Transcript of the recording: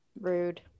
rude